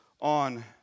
on